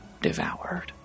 devoured